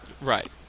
Right